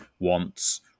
wants